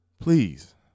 Please